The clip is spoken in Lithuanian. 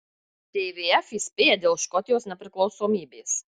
tvf įspėja dėl škotijos nepriklausomybės